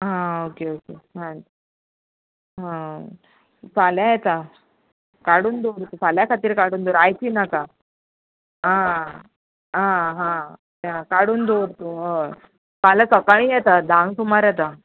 आं okay okay आं फाल्या येता काडून दवर पाल्याच खातचीर काडून दवर आं आयजची नाका आं आं आं बरें हां काड़ून दवर हय फाल्या सकाळीं येता धांक सुमार येता